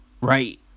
Right